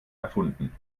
erfunden